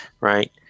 right